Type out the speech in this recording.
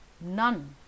None